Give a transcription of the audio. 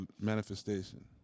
manifestation